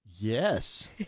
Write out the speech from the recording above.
Yes